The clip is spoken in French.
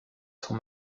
son